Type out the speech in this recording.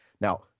now